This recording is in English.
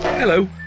Hello